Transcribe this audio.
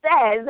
says